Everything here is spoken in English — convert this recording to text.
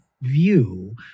view